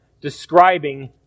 describing